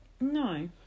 No